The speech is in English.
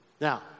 Now